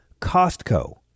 costco